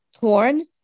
corn